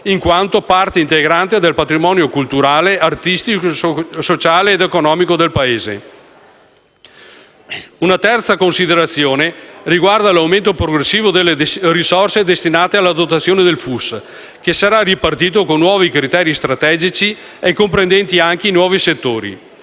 in quanto parte integrante del patrimonio culturale, artistico, sociale ed economico del Paese. Una terza considerazione riguarda l'aumento progressivo delle risorse destinate alla dotazione del FUS, che sarà ripartito con nuovi criteri strategici e comprendenti anche i nuovi settori.